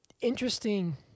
interesting